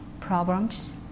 problems